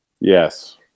Yes